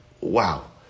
Wow